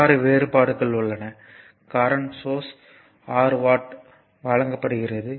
6 வேறுபாடுகள் உள்ளன current source 6 watt வழங்கப்படுகிறது